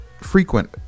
frequent